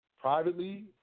privately